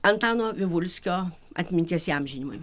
antano vivulskio atminties įamžinimui